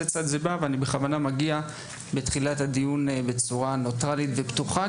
צד זה בא ואני בכוונה מגיע בתחילת הדיון בצורה ניטרלית ופתוחה,